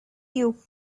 you